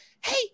hey